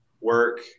work